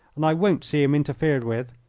and i won't see him interfered with.